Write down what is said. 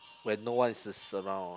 when no one is is around